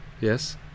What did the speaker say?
Yes